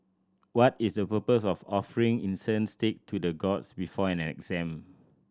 what is the purpose of offering incense stick to the gods before an exam